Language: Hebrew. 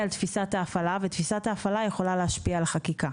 על תפיסת ההפעלה ותפיסת ההפעלה יכולה להשפיע על החקיקה.